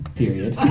period